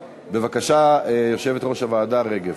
בבקשה, יושבת-ראש הוועדה רגב.